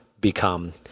become